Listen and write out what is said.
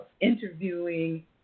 interviewing